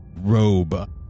robe